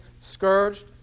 scourged